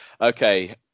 Okay